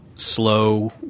slow